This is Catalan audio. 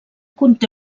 conté